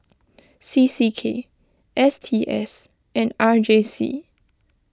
C C K S T S and R J C